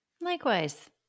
Likewise